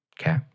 Okay